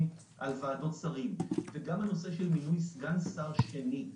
על ועדות שרים וגם הנושא של מינוי סגן שר שני,